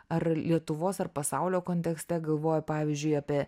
ar lietuvos ar pasaulio kontekste galvoju pavyzdžiui apie